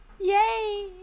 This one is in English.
Yay